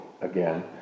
again